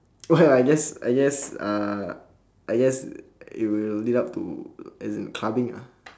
well I guess I guess err I guess it will lead up to as in clubbing ah